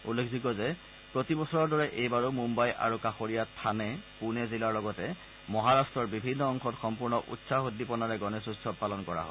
উল্লেখযোগ্য যে প্ৰতিবছৰৰ দৰে এইবাৰো মুন্নাই আৰু কাষৰীয়া থানে পুণে জিলাৰ লগতে মহাৰাট্টৰ বিভিন্ন অংশত সম্পূৰ্ণ উৎসাহ উদ্দীপনাৰে গণেশ উৎসৱ পালন কৰা হয়